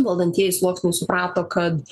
valdantieji sluoksniai suprato kad